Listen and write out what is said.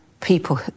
people